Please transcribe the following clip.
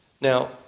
Now